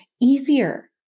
easier